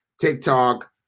TikTok